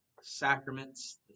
sacraments